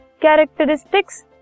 characteristics